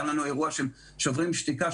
היה לנו אירוע של שוברים שתיקה,